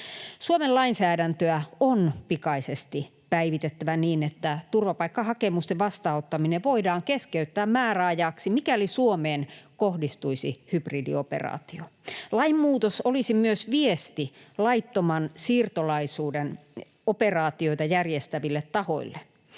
Suomen lainsäädäntöä on pikaisesti päivitettävä niin, että turvapaikkahakemusten vastaanottaminen voidaan keskeyttää määräajaksi, mikäli Suomeen kohdistuisi hybridioperaatio. Lainmuutos olisi myös viesti laittoman siirtolaisuuden operaatioita järjestäville tahoille.